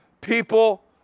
people